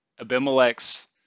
Abimelech's